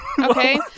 okay